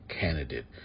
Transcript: candidate